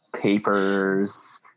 Papers